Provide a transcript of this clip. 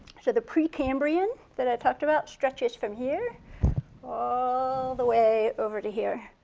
so the precambrian that i talked about stretches from here all the way over to here.